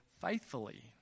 faithfully